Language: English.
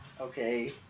Okay